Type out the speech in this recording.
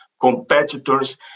competitors